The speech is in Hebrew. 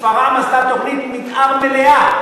שפרעם עשתה תוכנית מתאר מלאה,